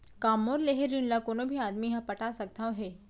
का मोर लेहे ऋण ला कोनो भी आदमी ह पटा सकथव हे?